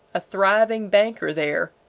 a thriving banker there,